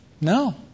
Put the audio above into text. No